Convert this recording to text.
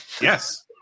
Yes